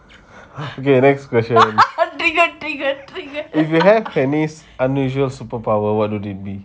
okay next question if you have tennis unusual superpower what would it be